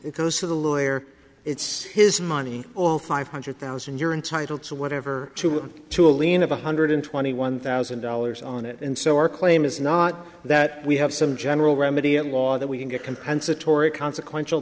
it goes to the lawyer it's his money all five hundred thousand you're entitled to whatever to to a lien of one hundred twenty one thousand dollars on it and so our claim is not that we have some general remedy at law that we can get compensatory consequential